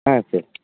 ஆ சரி